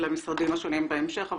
למשרדים השונים בהמשך,